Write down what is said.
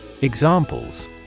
Examples